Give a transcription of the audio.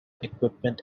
equipment